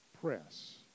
press